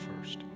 first